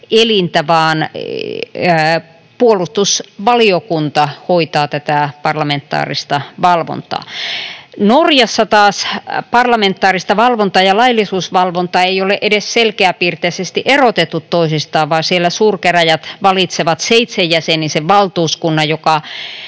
vaan puolustusvaliokunta hoitaa tätä parlamentaarista valvontaa. Norjassa taas parlamentaarista valvontaa ja laillisuusvalvontaa ei ole edes selkeäpiirteisesti erotettu toisistaan, vaan siellä suurkäräjät valitsevat seitsenjäsenisen valtuuskunnan, joka